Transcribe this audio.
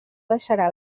deixarà